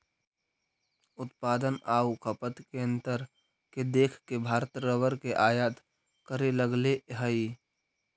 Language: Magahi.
उत्पादन आउ खपत के अंतर के देख के भारत रबर के आयात करे लगले हइ